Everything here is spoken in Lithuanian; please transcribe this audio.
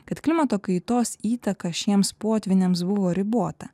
kad klimato kaitos įtaka šiems potvyniams buvo ribota